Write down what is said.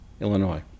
illinois